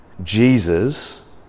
Jesus